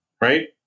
right